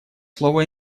слово